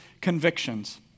convictions